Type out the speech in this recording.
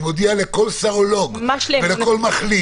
אני מודיע לכל סרולוג ולכל מחלים